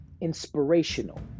inspirational